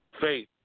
faith